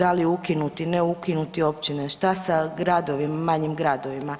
da li ukinuti, ne ukinuti općine, što sa gradovima, manjim gradovima.